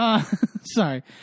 Sorry